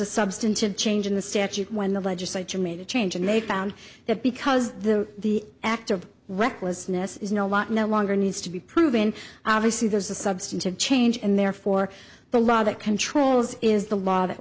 a substantive change in the statute when the legislature made a change and they found that because the the act of recklessness is no law no longer needs to be proven obviously there's a substantive change and therefore the law that controls is the law that